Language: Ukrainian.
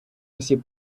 осіб